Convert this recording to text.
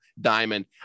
Diamond